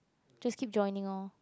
just keep joining lor